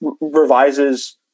Revises